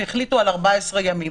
והחליטו על 14 ימים.